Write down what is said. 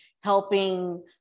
helping